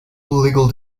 legal